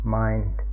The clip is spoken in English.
mind